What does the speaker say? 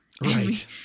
Right